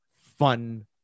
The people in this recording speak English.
fun